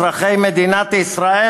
אזרחי מדינת ישראל,